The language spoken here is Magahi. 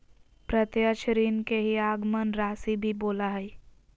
प्रत्यक्ष ऋण के ही आगमन राशी भी बोला हइ